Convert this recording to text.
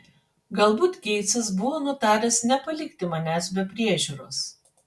galbūt geitsas buvo nutaręs nepalikti manęs be priežiūros